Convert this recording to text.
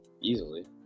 Easily